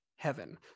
heaven